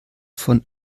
von